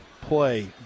play